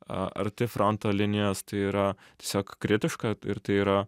a arti fronto linijos tai yra tiesiog kritiška ir tai yra